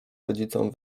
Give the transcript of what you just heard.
rodzicom